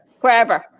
Wherever